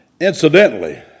Incidentally